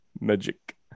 magic